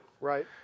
Right